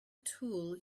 tool